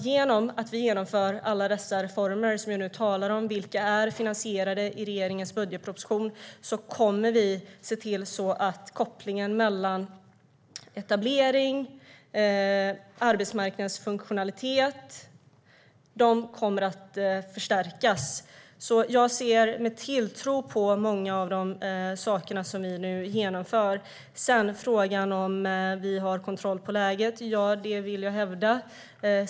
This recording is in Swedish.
Genom att vi genomför alla dessa reformer som jag nu talar om, vilka är finansierade i regeringens budgetproposition, kommer vi att se till att kopplingen mellan etablering och arbetsmarknadens funktionalitet kommer att förstärkas. Jag ser med tilltro på många av de saker som vi nu genomför. Sedan ställdes frågan om vi nu har kontroll på läget. Det vill jag hävda.